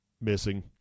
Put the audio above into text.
missing